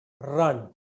run